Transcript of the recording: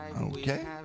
Okay